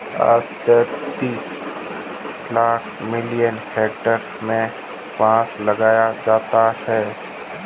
आज तैंतीस lakh million hectare में बांस लगाया जाता है